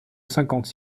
cinquante